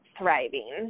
Thriving